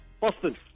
Boston